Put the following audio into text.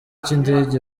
cy’indege